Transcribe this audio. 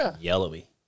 yellowy